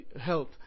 health